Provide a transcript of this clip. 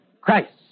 Christ